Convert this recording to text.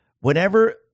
whenever